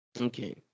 Okay